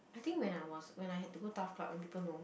I think when I was when I had to go TAF club and people know